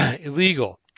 Illegal